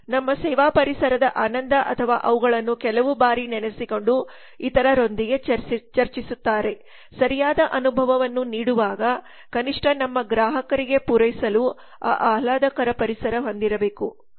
ನಮ್ಮಸೇವಾ ಪರಿಸರದ ಆನಂದ ಅಥವಾ ಅವುಗಳನ್ನು ಕೆಲವು ಬಾರಿ ನೆನಸಿಕೊಂಡು ಇತರರೊಂದಿಗೆ ಚರ್ಚಿಸುತ್ತಾರೆ ಸರಿಯಾದ ಅನುಭವವನ್ನು ನೀಡುವಾಗ ಕನಿಷ್ಠ ನಮ್ಮ ಗ್ರಾಹಕರಿಗೆ ಪೂರೈಸಲು ಆ ಆಹ್ಲಾದಕರ ಪರಿಸರ ಹೊಂದಿರಬೇಕು